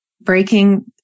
breaking